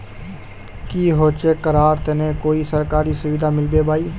की होचे करार तने कोई सरकारी सुविधा मिलबे बाई?